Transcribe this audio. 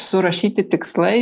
surašyti tikslai